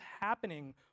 happening